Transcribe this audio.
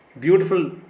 beautiful